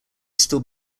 still